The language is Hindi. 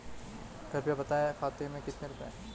कृपया बताएं खाते में कितने रुपए हैं?